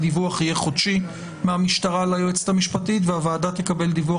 הדיווח יהיה חודשי מהמשטרה ליועצת המשפטית לממשלה והוועדה תקבל דיווח